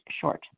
short